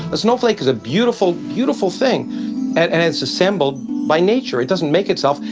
a snowflake is a beautiful, beautiful thing and it's assembled by nature. it doesn't make itself.